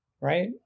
Right